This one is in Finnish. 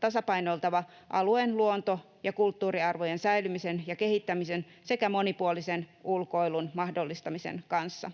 tasapainoiltava alueen luonto- ja kulttuuriarvojen säilymisen ja kehittämisen sekä monipuolisen ulkoilun mahdollistamisen kanssa.